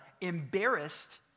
embarrassed